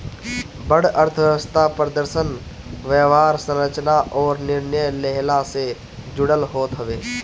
बड़ अर्थव्यवस्था प्रदर्शन, व्यवहार, संरचना अउरी निर्णय लेहला से जुड़ल होत हवे